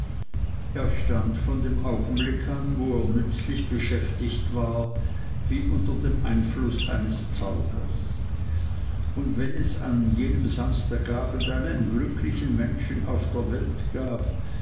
er stand von dem augenblicke an wo er nützlich beschäftigt war wie unter dem einfluß eines zaubers und wenn es an jenem samstagabend einen glücklichen menschen auf der welt gab